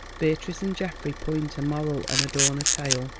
beatrice and geoffrey point a moral and adorn a tale.